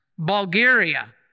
Bulgaria